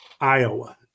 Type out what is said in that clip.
Iowa